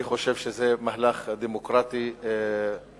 אני חושב שזה מהלך דמוקרטי נכון.